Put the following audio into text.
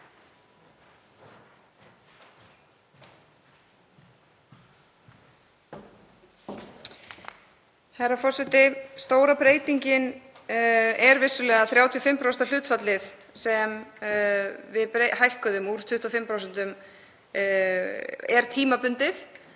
Herra forseti. Stóra breytingin er vissulega 35% hlutfallið sem við hækkuðum úr 25% og er tímabundið.